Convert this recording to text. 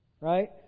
Right